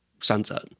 sunset